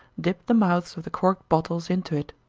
dip the mouths of the corked bottles into it.